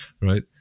right